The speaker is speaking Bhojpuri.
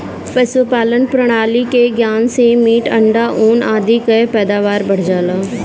पशुपालन प्रणाली के ज्ञान से मीट, अंडा, ऊन आदि कअ पैदावार बढ़ जाला